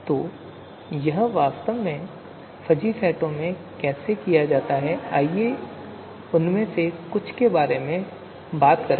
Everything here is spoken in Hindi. तो यह वास्तव में फ़ज़ी सेटों में कैसे किया जाता है आइए उनमें से कुछ के बारे में बात करते हैं